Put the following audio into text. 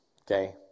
Okay